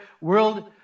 World